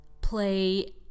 play